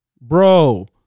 Bro